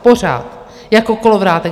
Pořád jako kolovrátek.